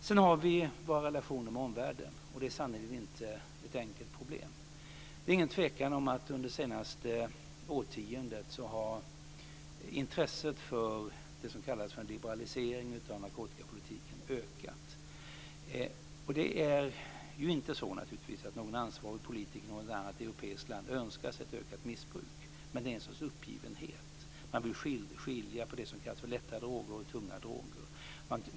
Sedan gäller det våra relationer med omvärlden, och det är sannerligen inte ett enkelt problem. Det är ingen tvekan om att under senaste årtiondet har intresset för det som kallas en liberalisering av narkotikapolitiken ökat. Det är naturligtvis inte så att någon ansvarig politiker i något annat europeiskt land önskar sig ett ökat missbruk, men det finns en sorts uppgivenhet. Man vill skilja på det som kallas lätta droger och tunga droger.